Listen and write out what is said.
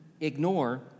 ignore